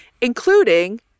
including